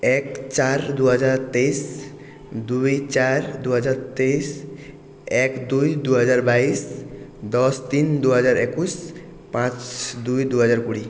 এক চার দুহাজার তেইশ দুই চার দুহাজার তেইশ এক দুই দুহাজার বাইশ দশ তিন দুহাজার একুশ পাঁচ দুই দুহাজার কুড়ি